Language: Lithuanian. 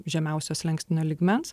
žemiausio slenkstinio lygmens